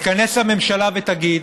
תתכנס הממשלה ותגיד